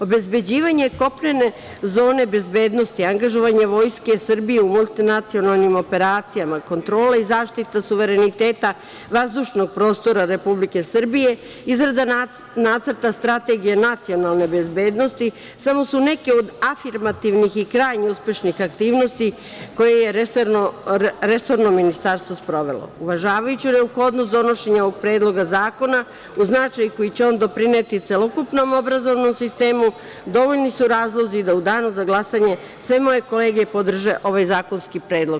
Obezbeđivanje kopnene zone bezbednosti, angažovanje Vojske Srbije u multinacionalnim operacijama, kontrola i zaštita suvereniteta vazdušnog prostora Republike Srbije, izrada nacrta strategije nacionalne bezbednosti, samo su neke od afirmativnih i krajnje uspešnih aktivnosti koje je resorno ministarstvo sprovelo, uvažavajući neophodnost donošenja ovog Predloga zakona, uz značaj koji će on doprineti celokupnom obrazovnom sistemu, dovoljni su razlozi da u danu za glasanje sve moje kolege podrže ovaj zakonski predlog.